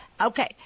Okay